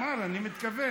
אני מתכוון.